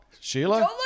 Sheila